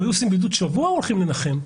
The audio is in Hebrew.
הם היו עושים בידוד שבוע או הולכים לנחם?